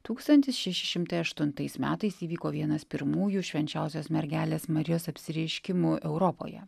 tūkstantis šeši šimtai aštuntais metais įvyko vienas pirmųjų švenčiausios mergelės marijos apsireiškimų europoje